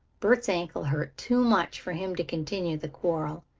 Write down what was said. bert's ankle hurt too much for him to continue the quarrel.